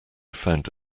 found